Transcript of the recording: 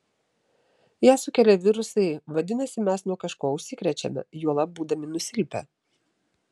ją sukelia virusai vadinasi mes nuo kažko užsikrečiame juolab būdami nusilpę